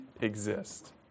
exist